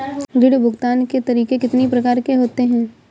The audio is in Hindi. ऋण भुगतान के तरीके कितनी प्रकार के होते हैं?